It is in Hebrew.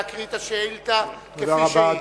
להקריא את השאילתא כפי שהיא.